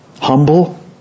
humble